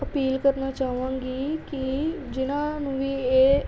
appeal ਕਰਨਾ ਚਾਹਵਾਂਗੀ ਕਿ ਜਿਨ੍ਹਾਂ ਨੂੰ ਵੀ ਇਹ